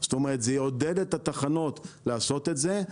זאת אומרת זה יעודד את הטחנות לעשות את זה,